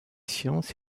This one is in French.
sciences